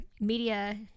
media